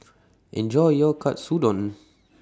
Enjoy your Katsudon